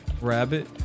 rabbit